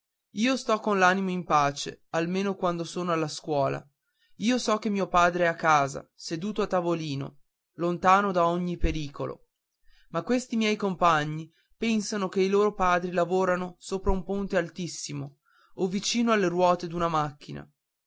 io sto con l'animo in pace almeno quando sono a scuola io so che mio padre è a casa seduto a tavolino lontano da ogni pericolo ma quanti miei compagni pensano che i loro padri lavorano sopra un ponte altissimo o vicino alle ruote d'una macchina